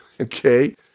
okay